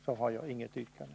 Jag har inget yrkande.